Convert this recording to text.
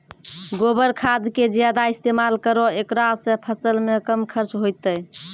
गोबर खाद के ज्यादा इस्तेमाल करौ ऐकरा से फसल मे कम खर्च होईतै?